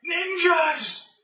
NINJAS